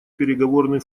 переговорный